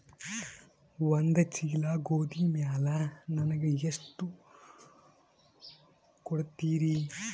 ಒಂದ ಚೀಲ ಗೋಧಿ ಮ್ಯಾಲ ನನಗ ಎಷ್ಟ ಕೊಡತೀರಿ?